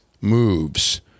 moves